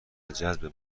جذب